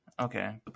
Okay